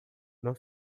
não